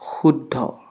শুদ্ধ